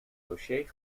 dossier